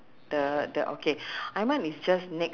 then okay so uh